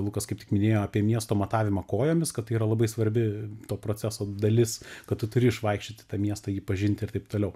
lukas kaip tik minėjo apie miesto matavimą kojomis kad yra labai svarbi to proceso dalis kad tu turi išvaikščioti tą miestą jį pažinti ir taip toliau